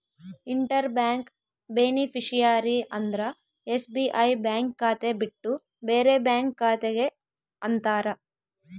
inter bank beneficiary ಅಂದ್ರ SBI bank ಖಾತೆ ಬಿಟ್ಟು ಬೇರೆ ಬ್ಯಾಂಕ್ ಖಾತೆ ಗೆ ಅಂತಾರ